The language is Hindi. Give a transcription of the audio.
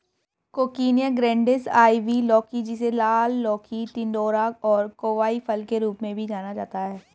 कोकिनिया ग्रैंडिस, आइवी लौकी, जिसे लाल लौकी, टिंडोरा और कोवाई फल के रूप में भी जाना जाता है